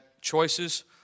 choices